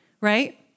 right